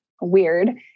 weird